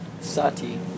Sati